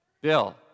Bill